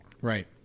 Right